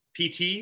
PT